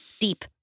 deep